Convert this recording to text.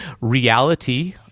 Reality